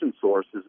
sources